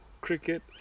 cricket